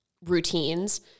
routines